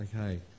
Okay